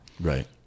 Right